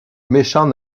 méchants